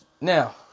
Now